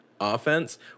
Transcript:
offense